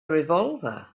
revolver